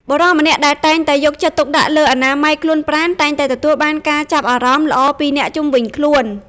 បុរសម្នាក់ដែលតែងតែយកចិត្តទុកដាក់លើអនាម័យខ្លួនប្រាណ តែងតែទទួលបានការចាប់អារម្មណ៍ល្អពីអ្នកជុំវិញខ្លួន។